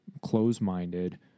close-minded